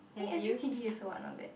eh S_U_T_D also what not bad